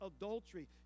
adultery